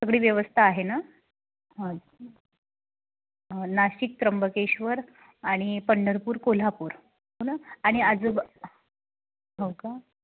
सगळी व्यवस्था आहे ना ह नाशिक त्रंबकेश्वर आणि पंढरपूर कोल्हापूर हो ना आणि आजूबा हो का